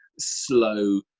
slow